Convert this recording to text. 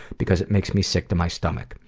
because it makes me sick to my stomach.